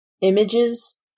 images